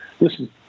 listen